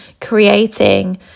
creating